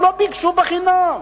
הם לא ביקשו בחינם.